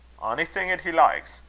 onything at he likes.